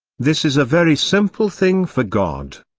this is a very simple thing for god.